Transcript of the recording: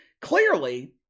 Clearly